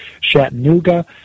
Chattanooga